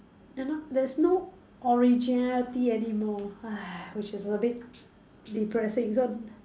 you know there's no originality anymore which is a bit depressing so